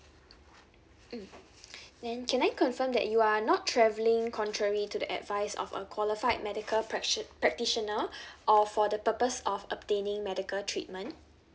mm then can I confirm that you are not travelling contrary to the advice of a qualified medical practi~ practitioner or for the purpose of obtaining medical treatment